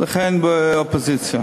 להיות באופוזיציה.